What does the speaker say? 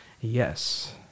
yes